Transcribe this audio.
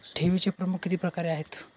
ठेवीचे प्रमुख किती प्रकार आहेत?